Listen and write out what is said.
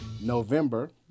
November